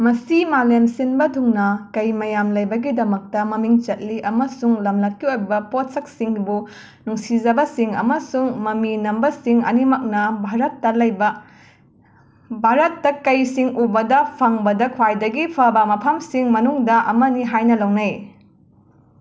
ꯃꯁꯤ ꯃꯥꯂꯦꯝ ꯁꯤꯟꯕ ꯊꯨꯡꯅ ꯀꯩ ꯃꯌꯥꯝ ꯂꯩꯕꯒꯤꯗꯃꯛꯇ ꯃꯃꯤꯡ ꯆꯠꯂꯤ ꯑꯃꯁꯨꯡ ꯂꯝꯂꯛꯀꯤ ꯑꯣꯏꯕ ꯄꯣꯠꯁꯛꯁꯤꯡꯕꯨ ꯅꯨꯡꯁꯤꯖꯕꯁꯤꯡ ꯑꯃꯁꯨꯡ ꯃꯃꯤ ꯅꯝꯕꯁꯤꯡ ꯑꯅꯤꯃꯛꯅ ꯚꯥꯔꯠꯇ ꯂꯩꯕ ꯚꯥꯔꯠꯇ ꯀꯩꯁꯤꯡ ꯎꯕꯗ ꯐꯪꯕꯗ ꯈ꯭ꯋꯥꯏꯗꯒꯤ ꯐꯕ ꯃꯐꯝꯁꯤꯡ ꯃꯅꯨꯡꯗ ꯑꯃꯅꯤ ꯍꯥꯏꯅ ꯂꯧꯅꯩ